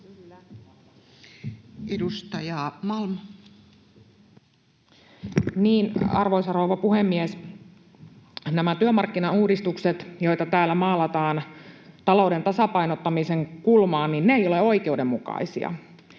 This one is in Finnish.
Content: Niin, arvoisa rouva puhemies, nämä työmarkkinauudistukset, joita täällä maalataan talouden tasapainottamisen kulmaan, eivät ole oikeudenmukaisia,